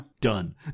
done